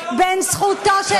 בין זכותו של אדם לשם טוב,